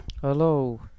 Hello